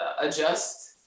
adjust